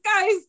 guy's